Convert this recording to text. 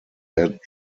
had